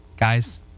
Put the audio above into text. Guys